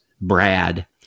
Brad